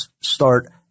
start